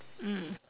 mm